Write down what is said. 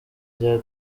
rya